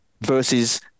versus